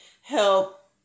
help